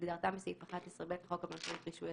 "כהגדרתם בסעיף 11ב לחוק הבנקאות (רישוי),